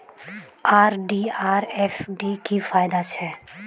RD आर FD की फ़ायदा छे?